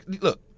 look